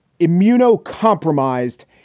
immunocompromised